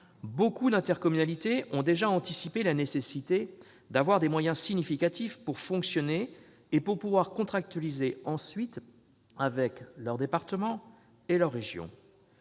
Beaucoup d'intercommunalités ont déjà anticipé la nécessité d'avoir des moyens significatifs pour fonctionner et pour pouvoir contractualiser ensuite avec le département et la région.